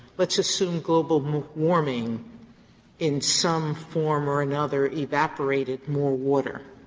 let's assume global warming in some form or another evaporated more water,